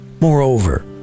Moreover